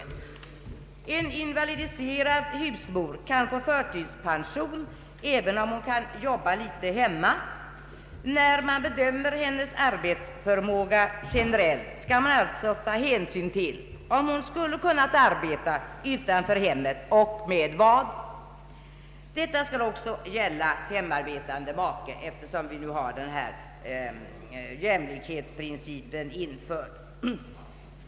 En invalidiserad husmor kan få förtidspension, även om hon kan arbeta litet hemma. När man be dömer hennes arbetsförmåga generellt skall man alltså ta hänsyn till om hon skulle kunnat arbeta utanför hemmet och med vad. Detta skulle också gälla hemarbetande make, eftersom vi har infört jämlikhetsprincipen.